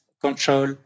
control